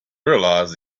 realise